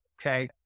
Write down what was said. Okay